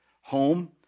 home